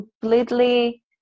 completely